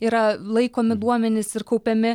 yra laikomi duomenys ir kaupiami